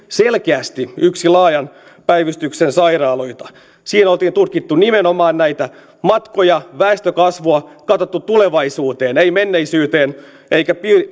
selkeästi yksi laajan päivystyksen sairaaloita siinä oltiin tutkittu nimenomaan näitä matkoja väestönkasvua katsottu tulevaisuuteen ei menneisyyteen eikä